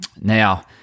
now